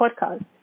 podcast